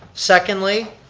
secondly,